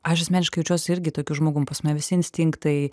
aš asmeniškai jaučiuosi irgi tokiu žmogum pas mane visi instinktai